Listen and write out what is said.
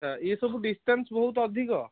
ଆଚ୍ଛା ଏ ସବୁ ଡିସଷ୍ଟାନ୍ସ ବହୁତ ଅଧିକ